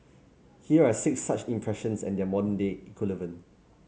here are six such expressions and their modern day equivalent